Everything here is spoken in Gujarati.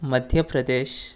મધ્ય પ્રદેશ